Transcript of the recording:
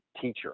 teacher